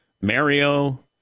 Mario